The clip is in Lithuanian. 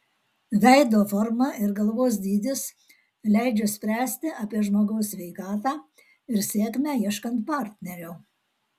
veido forma ir galvos dydis leidžia spręsti apie žmogaus sveikatą ir sėkmę ieškant partnerio